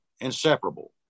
inseparable